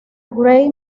gray